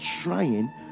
trying